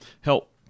help